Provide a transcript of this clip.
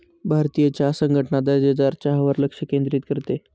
भारतीय चहा संघटना दर्जेदार चहावर लक्ष केंद्रित करते